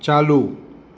ચાલુ